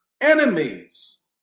enemies